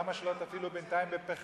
למה שלא תפעילו בינתיים בפחם,